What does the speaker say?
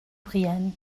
brienne